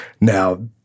Now